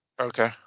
Okay